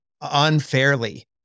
unfairly